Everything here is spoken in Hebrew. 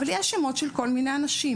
אבל יש שמות של כל מיני אנשים,